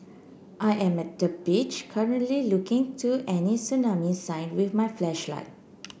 I am at the beach currently looking to any tsunami sign with my flashlight